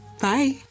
Bye